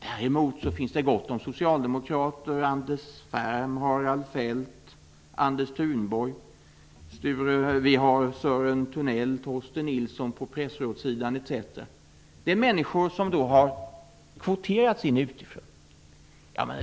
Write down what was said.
Däremot finns det gott om socialdemokrater: Anders Ferm, Harald Fälth, Anders Thunborg, Sören Thunell, Torsten Nilsson på pressrådssidan, etc. Det är människor som har kvoterats in utifrån.